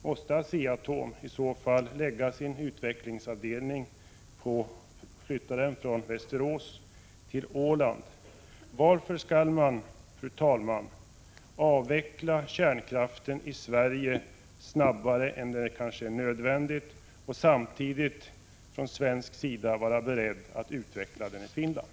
Måste Asea-Atom i så fall flytta sin utvecklingsavdelning från Västerås till Åland? Varför skall man, fru talman, avveckla kärnkraften i Sverige snabbare än vad som kanske är nödvändigt och samtidigt från svensk sida vara beredd att utveckla den i Finland?